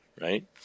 right